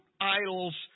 idols